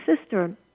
sister